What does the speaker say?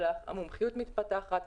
אבל המומחיות מתפתחת,